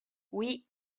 oui